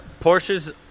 Porsches